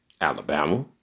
Alabama